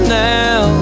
now